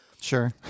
Sure